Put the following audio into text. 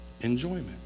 enjoyment